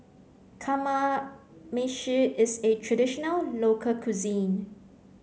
Kamameshi is a traditional local cuisine